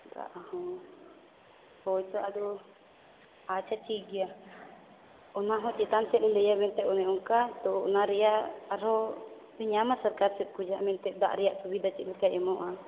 ᱦᱚᱸ ᱦᱳᱭᱛᱚ ᱟᱫᱚ ᱟᱪᱪᱷᱟ ᱴᱷᱤᱠᱜᱮᱭᱟ ᱚᱱᱟ ᱦᱚᱸ ᱪᱮᱛᱟᱱ ᱞᱮ ᱞᱟᱹᱭᱟ ᱢᱮᱱᱛᱮ ᱚᱱᱮ ᱚᱱᱠᱟ ᱛᱚ ᱚᱱᱟ ᱨᱮᱭᱟᱜ ᱟᱨᱦᱚᱸ ᱯᱮ ᱧᱟᱢᱟ ᱥᱟᱨᱠᱟᱨ ᱥᱮᱫ ᱠᱷᱚᱡᱟᱜ ᱢᱮᱱᱛᱮ ᱫᱟᱜ ᱨᱮᱭᱟᱜ ᱥᱩᱵᱤᱫᱷᱟ ᱪᱮᱫᱞᱮᱠᱟᱭ ᱮᱢᱚᱜᱼᱟ